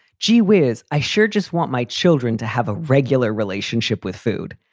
gee whiz, i sure just want my children to have a regular relationship with food,